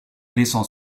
laissant